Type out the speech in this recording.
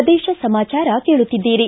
ಪ್ರದೇಶ ಸಮಾಚಾರ ಕೇಳುತ್ತಿದ್ದೀರಿ